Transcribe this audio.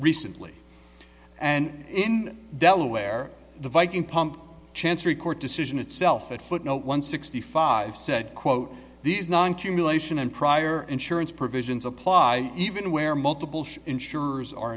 recently and in delaware the viking pump chancery court decision itself at footnote one sixty five said quote these non cumulation and prior insurance provisions apply even where multiple insurers are